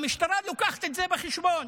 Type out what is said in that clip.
המשטרה לוקחת את זה בחשבון